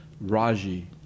Raji